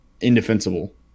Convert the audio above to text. indefensible